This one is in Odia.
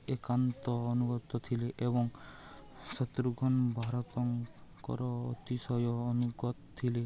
ଏକାନ୍ତ ଅନୁଗତ ଥିଲେ ଏବଂ ଶତ୍ରୁଘ୍ନ ଭରତଙ୍କର ଅତିଶୟ ଅନୁଗତ ଥିଲେ